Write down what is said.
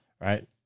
right